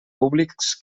públics